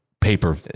paper